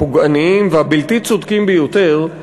הפוגעניים והבלתי-צודקים ביותר,